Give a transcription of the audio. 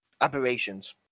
Aberrations